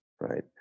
right